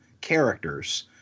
characters